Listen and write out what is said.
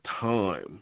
time